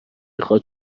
خواد